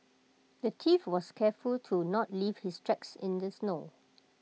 the thief was careful to not leave his tracks in the snow